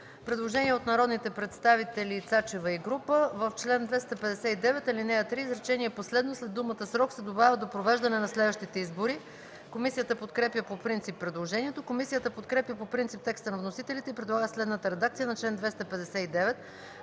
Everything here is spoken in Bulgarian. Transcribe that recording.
Предложение от народния представител Цецка Цачева и група народни представители: „В ал. 259, ал. 3, изречение последно след думата „срок” се добавя „до провеждане на следващите избори”.” Комисията подкрепя по принцип предложението. Комисията подкрепя по принцип текста на вносителите и предлага следната редакция на чл. 259: